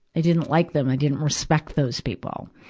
i didn't like them, i didn't respect those people.